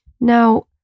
Now